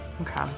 Okay